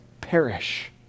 perish